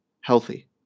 healthy